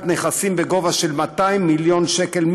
דירה והחיסכון של הון עצמי מהווה נטל כבד על כתפיהם של הזוגות הצעירים.